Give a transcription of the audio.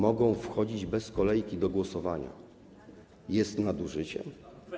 mogą podchodzić bez kolejki do głosowania, jest nadużyciem?